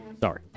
Sorry